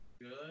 good